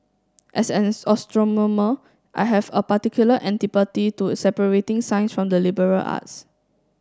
as an astronomer I have a particular antipathy to separating science from the liberal arts